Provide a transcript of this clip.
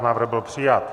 Návrh byl přijat.